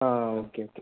ആ okay okay